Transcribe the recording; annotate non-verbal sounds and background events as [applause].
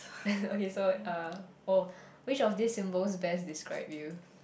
[laughs] okay so uh oh which of these symbols best describe you